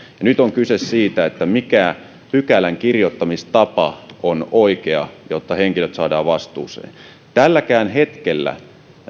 ja nyt on kyse siitä että mikä pykälän kirjoittamistapa on oikea jotta henkilöt saadaan vastuuseen tälläkään hetkellä